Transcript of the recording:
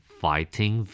fighting